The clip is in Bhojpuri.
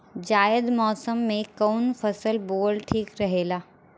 जायद मौसम में कउन फसल बोअल ठीक रहेला?